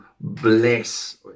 bless